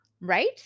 right